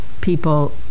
people